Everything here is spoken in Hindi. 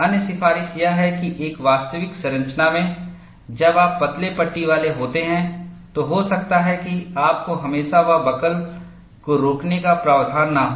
अन्य सिफारिश यह है कि एक वास्तविक संरचना में जब आप पतले पट्टी वाले होते हैं तो हो सकता है कि आपको हमेशा वहाँ बकल को रोकने का प्रावधान न हो